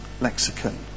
lexicon